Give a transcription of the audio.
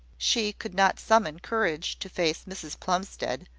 she could not summon courage to face mrs plumstead,